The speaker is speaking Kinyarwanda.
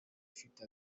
ufite